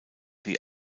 the